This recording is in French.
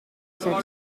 cent